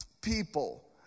people